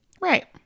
Right